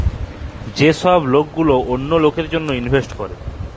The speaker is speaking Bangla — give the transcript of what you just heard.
যে ছব লক গিলা অল্য লকের জ্যনহে ইলভেস্ট ক্যরে